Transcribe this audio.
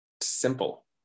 simple